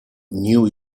new